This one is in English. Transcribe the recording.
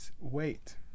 Wait